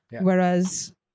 Whereas